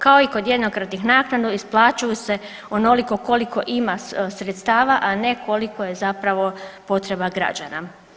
Kao i kod jednokratnih naknada isplaćuju se onoliko koliko ima sredstava, a ne koliko je zapravo potreba građana.